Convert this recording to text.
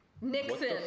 Nixon